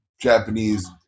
Japanese